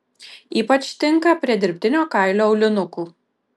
ypač tinka prie dirbtinio kailio aulinukų